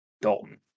Dalton